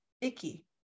icky